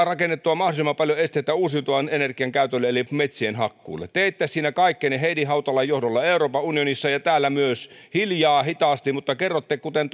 rakennettua mahdollisimman paljon esteitä uusiutuvan energian käytölle eli metsien hakkuille te teette siinä kaikkenne heidi hautalan johdolla euroopan unionissa ja täällä myös hiljaa hitaasti mutta kerrotte kuten